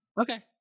okay